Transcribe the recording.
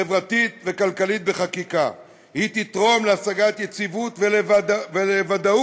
חברתית וכלכלית בחקיקה תתרום להשגת יציבות ולוודאות